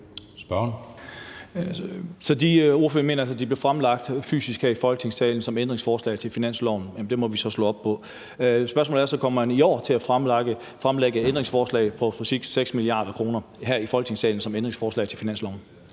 Så ordføreren mener altså, de blev fremlagt fysisk her i Folketingssalen som ændringsforslag til finansloven – det må vi så slå op. Spørgsmålet er så: Kommer man i år til at fremlægge ændringsforslag på præcis 6 mia. kr. her i Folketingssalen som ændringsforslag til finansloven?